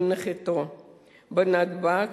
עם נחיתתו בנתב"ג,